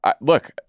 look